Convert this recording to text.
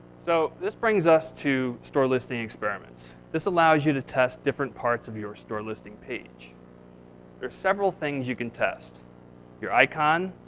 so this brings us to store listing experiments. this allows you to test different parts of your store listing page. there are several things you can test your icon,